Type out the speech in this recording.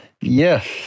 Yes